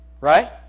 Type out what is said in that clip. Right